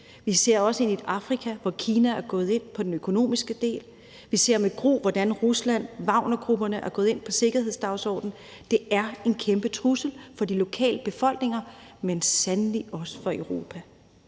Vi ser også et Afrika, hvor Kina er gået ind på den økonomiske del. Vi ser med gru, hvordan Rusland – Wagnergrupperne – er gået ind på sikkerhedsdagsordenen. Det er en kæmpe trussel for de lokale befolkninger, men sandelig også for Europa.